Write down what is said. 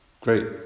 great